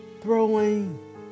throwing